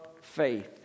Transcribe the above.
faith